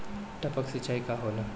टपक सिंचाई का होला?